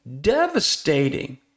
devastating